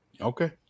Okay